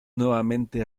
nuevamente